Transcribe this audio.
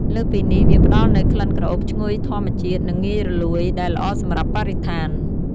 លើសពីនេះ វាបានផ្តល់នូវក្លិនក្រអូបឈ្ងុយធម្មជាតិ និងងាយរលួយ ដែលល្អសម្រាប់បរិស្ថាន។